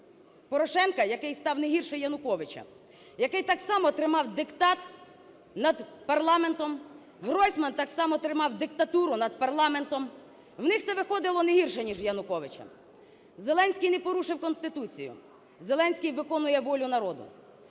Порошенка, який став не гірше Януковича, який так само тримав диктат над парламентом. Гройсман так само тримав диктатуру над парламентом. У них це виходило не гірше, ніж у Януковича. Зеленський не порушив Конституцію. Зеленський виконує волю народу.